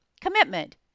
commitment